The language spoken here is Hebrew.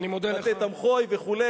בתי-תמחוי וכו'.